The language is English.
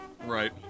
Right